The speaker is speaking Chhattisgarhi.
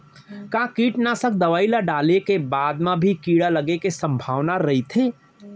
का कीटनाशक दवई ल डाले के बाद म भी कीड़ा लगे के संभावना ह रइथे?